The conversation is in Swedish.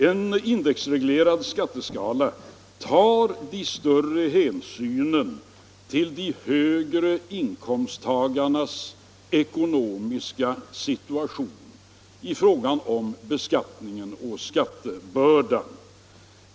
En indexreglerad skatteskala tar större hänsyn till de högre inkomsttagarnas ekonomiska situation när det gäller beskattningen och skattebördan.